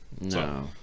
no